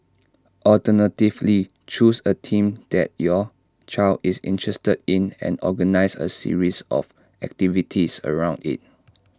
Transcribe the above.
alternatively choose A team that your child is interested in and organise A series of activities around IT